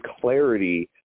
clarity